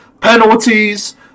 penalties